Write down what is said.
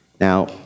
Now